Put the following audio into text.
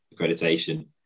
accreditation